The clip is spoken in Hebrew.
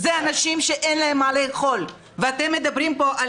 אלה אנשים שאין להם מה לאכול, ואתם מדברים פה על